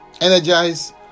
energize